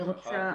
טוב,